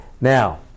Now